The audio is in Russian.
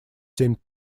семь